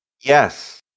Yes